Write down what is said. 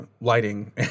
lighting